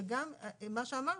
וגם מה שאמרת,